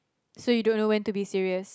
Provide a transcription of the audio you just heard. so you don't know when to be serious